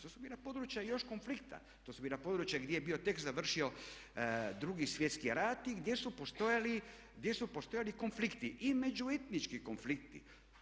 To su bila područja još konflikta, to su bila područja gdje je bio tek završio Drugi svjetski rat i gdje su postojali konflikti i među etnički konflikti.